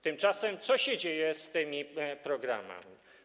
Tymczasem co się dzieje z tymi programami?